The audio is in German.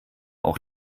auch